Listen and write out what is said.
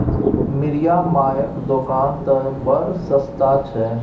मिरिया मायक दोकान तए बड़ सस्ता छै